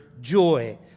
joy